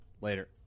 Later